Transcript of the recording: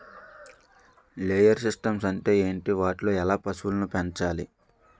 Layer systems అంటే ఏంటి? వాటిలో ఎలా పశువులను పెంచాలి?